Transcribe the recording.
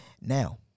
Now